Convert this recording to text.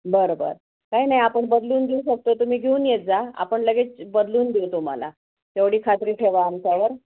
बरं बरं काय नाही आपण बदलून देऊ शकतो तुम्ही घेऊन येत जा आपण लगेच बदलून देऊ तुम्हाला एवढी खात्री ठेवा आमच्यावर